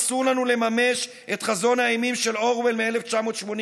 אסור לנו לממש את חזון האימים של אורוול מ-1984.